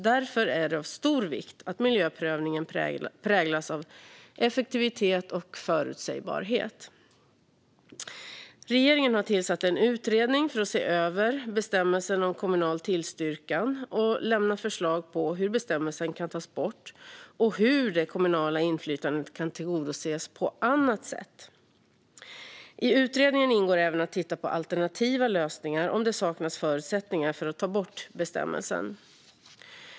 Därför är det av stor vikt att miljöprövningen präglas av effektivitet och förutsägbarhet. Regeringen har tillsatt en utredning för att se över bestämmelsen om kommunal tillstyrkan och lämna förslag på hur bestämmelsen kan tas bort och hur det kommunala inflytandet kan tillgodoses på annat sätt. I utredningen ingår även att titta på alternativa lösningar om det saknas förutsättningar för att ta bort bestämmelsen.